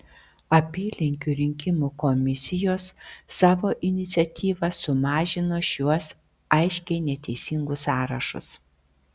apylinkių rinkimų komisijos savo iniciatyva sumažino šiuos aiškiai neteisingus sąrašus